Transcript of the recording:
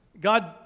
God